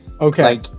Okay